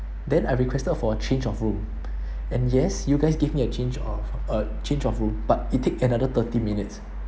then I requested for a change of room and yes you guys give me a change of a change of room but it take another thirty minutes